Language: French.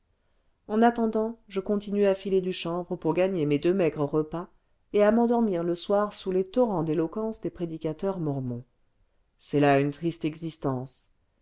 en attendant je continue à filer du chanvre pour gagner mes deux maigres repas et à m'endormir le soir sous les torrents d'éloquence des prédicateurs mormons c'est là une triste existence